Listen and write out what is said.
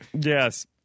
Yes